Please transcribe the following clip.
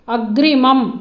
अग्रिमम्